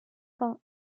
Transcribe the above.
fin